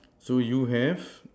so you have